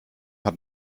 hat